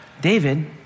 David